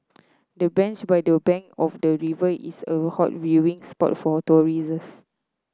the bench by the bank of the river is a hot viewing spot for tourists